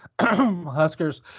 Huskers